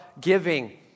giving